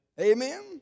Amen